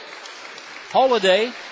holiday